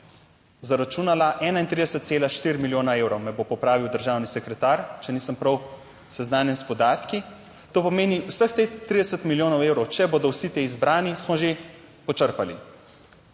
zaračunala 31,4 milijona evrov, me bo popravil državni sekretar, če nisem prav seznanjen s podatki. To pomeni, vseh teh 30 milijonov evrov, če bodo vsi ti izbrani smo že počrpali,